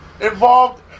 involved